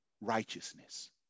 righteousness